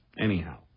Anyhow